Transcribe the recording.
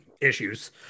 issues